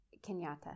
Kenyatta